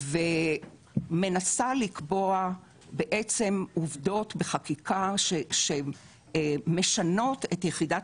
ומנסה לקבוע עובדות חקיקה שמשנות את יחידת